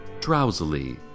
drowsily